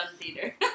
theater